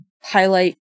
highlight